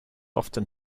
often